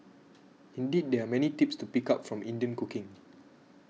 indeed there are many tips to pick up from Indian cooking